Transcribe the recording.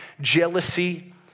jealousy